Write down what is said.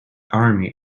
army